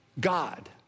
God